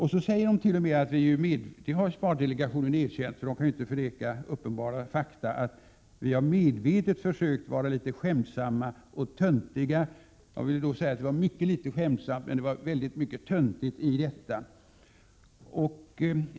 ”- Vi har medvetet försökt vara lite skämtsamma och töntiga” — det medger spardelegationen, för man kan ju inte förneka fakta. Jag vill säga att det var mycket litet skämtsamt men väldigt mycket töntigt i detta.